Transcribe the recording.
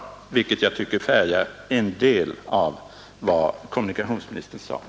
Men den inställningen tycker jag tyvärr färgar en del av vad kommunikationsministern sade.